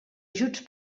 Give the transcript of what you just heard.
ajuts